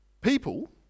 people